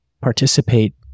participate